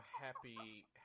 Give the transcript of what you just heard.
happy